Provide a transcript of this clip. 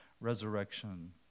resurrection